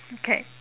okay